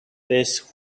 those